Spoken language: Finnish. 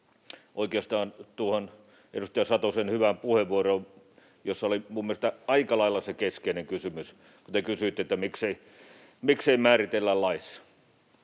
Oikeastaan tuohon edustaja Satosen hyvään puheenvuoroon, jossa oli minun mielestäni aika lailla se keskeinen kysymys, kun te kysyitte, miksei määritellä laissa: